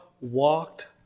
Walked